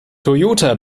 toyota